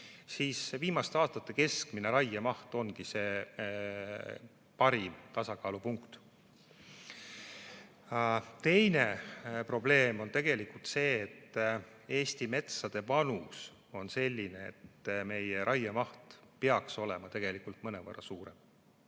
siis viimaste aastate keskmine raiemaht ongi see parim tasakaalupunkt. Aga üks probleem on tegelikult see, et Eesti metsade vanus on selline, et meie raiemaht peaks olema tegelikult mõnevõrra suurem.